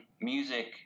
music